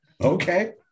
okay